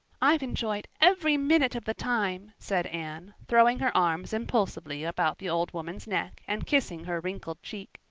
i've enjoyed every minute of the time, said anne, throwing her arms impulsively about the old woman's neck and kissing her wrinkled cheek.